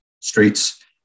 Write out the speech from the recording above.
streets